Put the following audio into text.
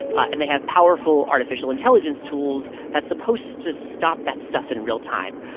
and they have powerful artificial intelligence tools that's supposed to stop that stuff in real time.